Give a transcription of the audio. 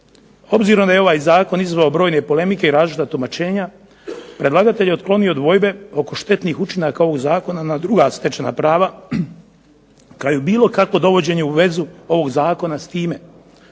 Obzirom da je ovaj zakon izazvao brojne polemike i različita tumačenja predlagatelj je otklonio dvojbe oko štetnih učinaka ovog zakona na druga stečena prava, kao i bilo kakvo dovođenje u vezu ovog zakona s time,